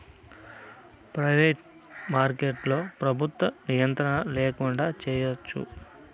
private మార్కెట్లో ప్రభుత్వ నియంత్రణ ల్యాకుండా చేయచ్చు